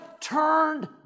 turned